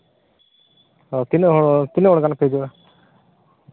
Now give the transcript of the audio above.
ᱛᱤᱱᱟᱹᱜ ᱦᱚᱲ ᱛᱤᱱᱟᱹᱜ ᱦᱚᱲ ᱜᱟᱱᱯᱮ ᱦᱤᱡᱩᱜᱼᱟ